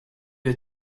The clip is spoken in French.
est